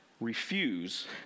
refuse